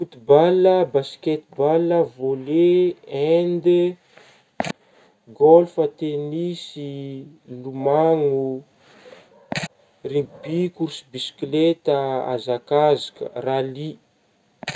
Football, basketball, voley, hand, golf ,tennis, lomagno, rugby, course bisikileta, hazakazaka, rally.